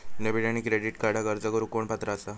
Debit आणि credit कार्डक अर्ज करुक कोण पात्र आसा?